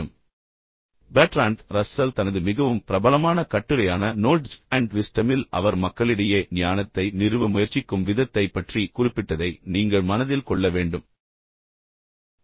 மேலும் Bertrand Russell தனது மிகவும் பிரபலமான கட்டுரையான நோல்ட்ஜ் அண்ட் விஸ்டமில் அவர் மக்களிடையே ஞானத்தை நிறுவ முயற்சிக்கும் விதத்தைப் பற்றி குறிப்பிட்டதை நீங்கள் மனதில் கொள்ள வேண்டும் என்பதையும் நான் எடுத்துரைத்தேன்